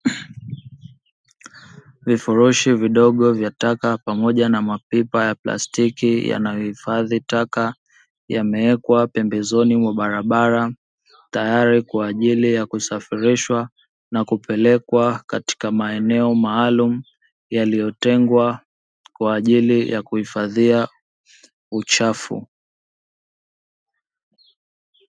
Vifurushi vidogo vya taka pamoja na mapipa ya plastiki yanayohifadhi taka, yamewekwa pembezoni mwa barabara tayari kwa ajili ya kusafirishwa na kupelekwa katika maeneo maalumu yaliyotengwa kwa ajili ya kuhifadhia uchafu.